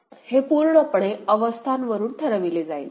हे पूर्णपणे अवस्थांवरून ठरविले जाईल